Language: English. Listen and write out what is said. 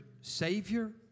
Savior